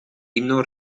himno